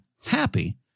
happy